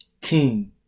King